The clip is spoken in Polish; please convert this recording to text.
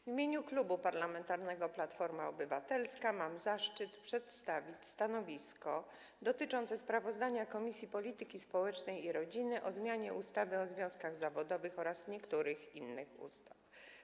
W imieniu Klubu Parlamentarnego Platforma Obywatelska mam zaszczyt przedstawić stanowisko wobec sprawozdania Komisji Polityki Społecznej i Rodziny o projekcie ustawy o zmianie ustawy o związkach zawodowych oraz niektórych innych ustaw.